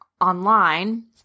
online